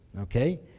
okay